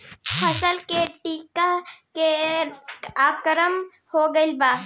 फसल पे टीडा के आक्रमण हो गइल बा?